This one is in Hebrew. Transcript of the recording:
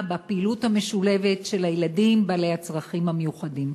בפעילות המשולבת של הילדים בעלי הצרכים המיוחדים?